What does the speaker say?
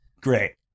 Great